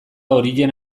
horien